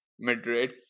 Madrid